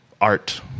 art